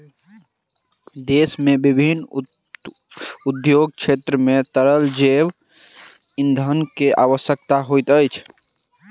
देश के विभिन्न उद्योग क्षेत्र मे तरल जैव ईंधन के आवश्यकता होइत अछि